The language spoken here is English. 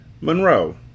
Monroe